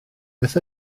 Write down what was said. beth